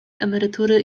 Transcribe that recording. emerytury